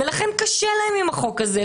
ולכן קשה להן עם החוק הזה.